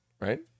right